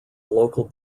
local